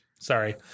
Sorry